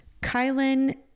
Kylan